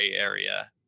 area